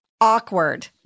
Awkward